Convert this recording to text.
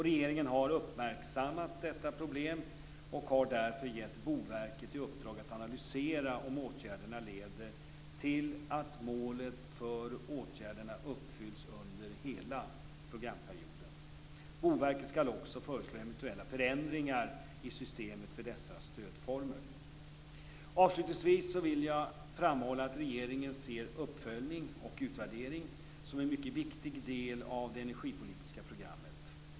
Regeringen har uppmärksammat detta problem och har därför gett Boverket i uppdrag att analysera om åtgärderna leder till att målet för åtgärderna uppfylls under hela programperioden. Boverket skall också föreslå eventuella förändringar i systemet för dessa stödformer. Avslutningsvis vill jag framhålla att regeringen ser uppföljning och utvärdering som en mycket viktig del av det energipolitiska programmet.